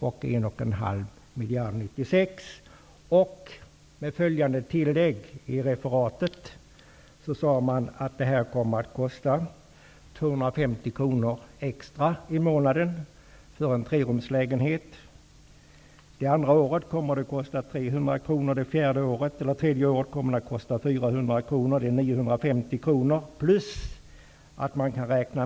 I nyhetsreferatet sade man sedan att detta för en trerumslägenheten kommer att innebära en extrakostnad på 250 kr i månaden. Under det andra året kommer denna kostnad att bli 300 kr och under det tredje 400 kr, dvs. sammanlagt 900 kr.